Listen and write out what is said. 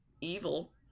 evil